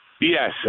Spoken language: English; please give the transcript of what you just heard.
Yes